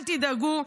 אל תדאגו,